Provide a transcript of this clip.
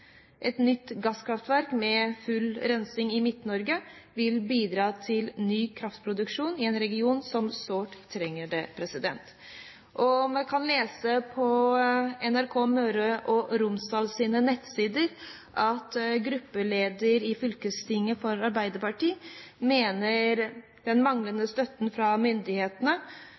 Et nytt gasskraftverk med full rensing i Midt-Norge vil bidra til ny kraftproduksjon i en region som sårt trenger det. Man kan lese på NRK Møre og Romsdals nettsider at Arbeiderpartiets gruppeleder i fylkestinget mener den manglende støtten fra myndighetene